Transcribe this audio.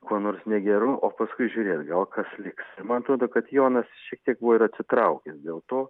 kuo nors negeru o paskui žiūrėt gal kas liks man atrodo kad jonas šiek tiek buvo ir atsitraukęs dėl to